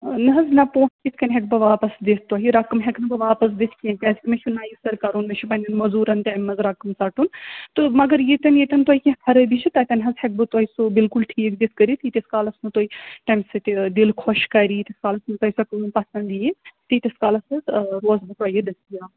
نہَ حَظ نہَ پونٛسہٕ کِتھٕ کٔنۍ ہٮ۪کہٕ بہٕ واپس دِتھ تۄہہِ رقم ہیکہٕ نہٕ بہٕ واپس دِتھ کینٛہہ کیٛازِکہِ مےٚ چھُ نَیہِ سرٕ کَرُن مےٚ چھُ پنہٕ نٮ۪ن موٚزوٗرن تہِ اَمہِ منٛزٕ رقم ژٹُن تہٕ مگر ییٚتٮ۪ن ییٚتٮ۪ن تۄہہِ کیٚنٛہہ خرٲبی چھِ تتٮ۪ن حظ ہیٚکہٕ بہٕ تۄہہِ سُہ بِلکُل ٹھیٖک دِتھ کٔرِتھ ییٖتِس کالَس نہٕ تُہۍ تَمہِ سۭتۍ دِل خۄش کَرِ ییٖتِس کالس نہٕ تۄہہِ سۄ کٲم پَسنٛد یِیہِ تیٖتِس کالَس حَظ آ روز بہٕ تۄہہِ یہِ دٔستیاب